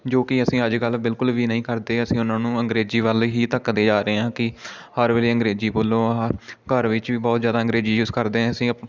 ਜੋ ਕਿ ਅਸੀਂ ਅੱਜ ਕੱਲ੍ਹ ਬਿਲਕੁਲ ਵੀ ਨਹੀਂ ਕਰਦੇ ਅਸੀਂ ਉਹਨਾਂ ਨੂੰ ਅੰਗਰੇਜ਼ੀ ਵੱਲ ਹੀ ਧੱਕਦੇ ਆ ਰਹੇ ਹਾਂ ਕਿ ਹਰ ਵੇਲੇ ਅੰਗਰੇਜ਼ੀ ਬੋਲੋ ਹ ਘਰ ਵਿੱਚ ਵੀ ਬਹੁਤ ਜ਼ਿਆਦਾ ਅੰਗਰੇਜ਼ੀ ਯੂਜ ਕਰਦੇ ਹਾਂ ਅਸੀਂ